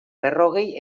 berrogei